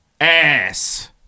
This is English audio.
ass